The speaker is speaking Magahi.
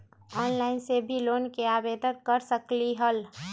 ऑनलाइन से भी लोन के आवेदन कर सकलीहल?